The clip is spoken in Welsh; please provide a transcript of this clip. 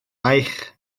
eich